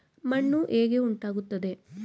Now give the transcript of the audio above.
ಮಣ್ಣು ಹೇಗೆ ಉಂಟಾಗುತ್ತದೆ?